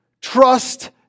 trust